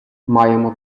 маємо